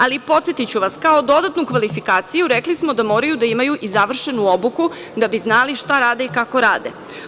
Ali, podsetiću vas, kao dodatnu kvalifikaciju rekli smo da moraju da imaju i završenu obuku da bi znali šta rade i kako rade.